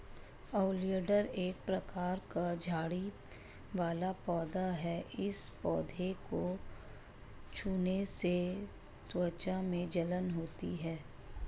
oleander एक प्रकार का झाड़ी वाला पौधा है इस पौधे को छूने से त्वचा में जलन होती है